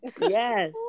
Yes